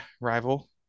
rival